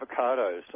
avocados